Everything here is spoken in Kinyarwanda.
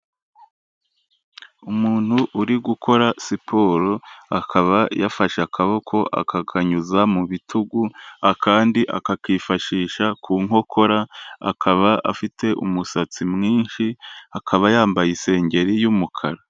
Umuntu uri gukora siporo akaba yafashe akaboko akakanyuza mu bitugu, akandi akakifashisha ku nkokora, akaba afite umusatsi mwinshi, akaba yambaye isengeri y'umukara.